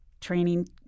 training